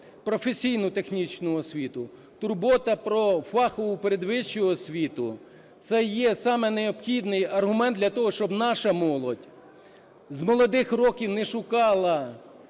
професійну технічну освіту, турбота про фахову передвищу освіту – це є саме необхідний аргумент для того, щоб наша молодь з молодих років не шукала